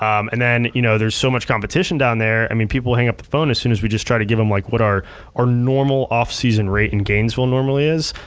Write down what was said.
um and then you know there's so much competition down there. i mean people hang up the phone as soon as we just try to give them like what our our normal off-season rate in gainesville normally is.